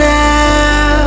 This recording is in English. now